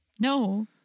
No